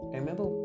remember